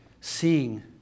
Seeing